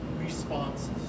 responses